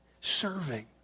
serving